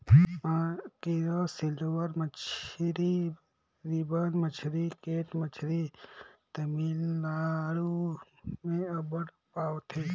mackerel, silver मछरी, ribbon मछरी, cat मछरी तमिलनाडु में अब्बड़ पवाथे